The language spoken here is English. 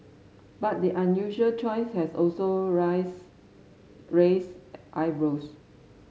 but the unusual choice has also raised eyebrows